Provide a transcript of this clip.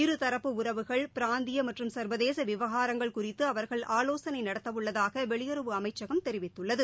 இருதரப்பு உறவுகள் பிராந்திய மற்றும் சர்வதேச விவகாரங்கள் குறித்து அவர்கள் ஆலோசனை நடத்தவுள்ளதாக வெளியுறவு அமைச்சகம் தெரிவித்துள்ளது